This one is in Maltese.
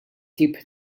tip